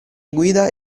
guida